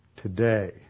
today